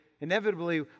inevitably